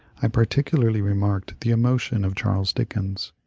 i par ticnlarly remarked the emotion of charles dickens.